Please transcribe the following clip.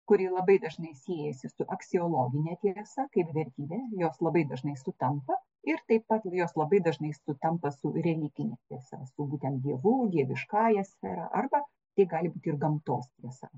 kuri labai dažnai siejasi su aksiologine tiesa kaip vertybės beje jos labai dažnai sutampa ir taip pat jos labai dažnai sutampa su religine tiesa su būtent dievų dieviškąja sfera arba tai gali būti ir gamtos mėsą